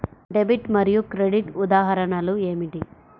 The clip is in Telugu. డెబిట్ మరియు క్రెడిట్ ఉదాహరణలు ఏమిటీ?